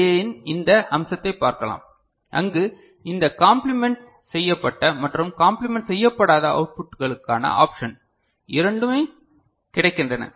ஏ இன் இந்த அம்சத்தைப் பார்க்கலாம் அங்கு இந்த காம்ப்ளிமென்ட் செய்யப்பட்ட மற்றும் காம்ப்ளிமென்ட் செய்யப்படாத அவுட்புட்களுக்கான ஆப்ஷன் இரண்டும் கிடைக்கின்றன